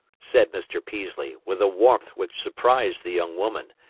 said mr. peaslee, with a warmth which surprised the young woman,